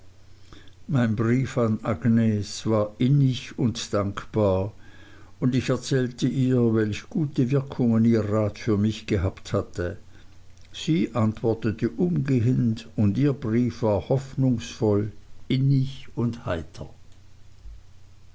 mein brief an agnes war innig und dankbar und ich erzählte ihr welche gute wirkungen ihr rat für mich gehabt hatte sie antwortete umgehend und ihr brief war hoffnungsvoll innig und heiter